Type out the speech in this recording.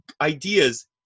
ideas